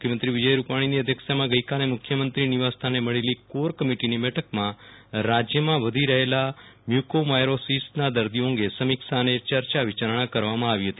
મુખ્યમંત્રી વિજય રૂપાણીની અધ્યક્ષતામાં ગઈકાલે મુખ્યમંત્રી નિવાસ સ્થાને મળેલી કોર કમિટી ની બેઠકમાં વધી રહેલા મ્યુકોમાપરોસીસના દર્દીઓ અંગે સમીક્ષા અને ચર્ચા વિરલ રાણા વિચારણા કરવામાં આવી હતી